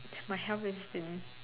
my health has been